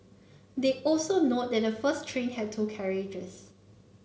they also note that the first train had two carriages